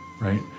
right